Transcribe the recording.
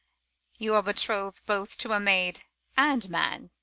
you are betroth'd both to a maid and man.